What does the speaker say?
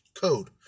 Code